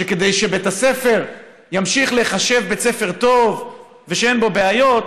שכדי שבית הספר ימשיך להיחשב בית ספר טוב ושאין בו בעיות,